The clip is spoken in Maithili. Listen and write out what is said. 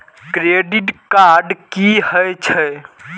क्रेडिट कार्ड की हे छे?